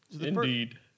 Indeed